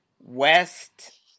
West